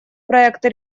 проекта